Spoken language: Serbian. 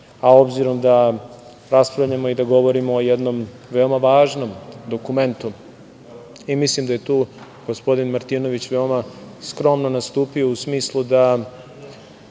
a obzirom da raspravljamo i da govorimo o jednom veoma važnom dokumentu i mislim da je tu gospodin Martinović veoma skromno nastupio u smislu da